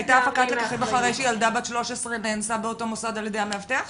הייתה הפקת לקחים אחרי שילדה בת 13 נאנסה באותו מוסד על ידי המאבטח?